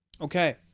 Okay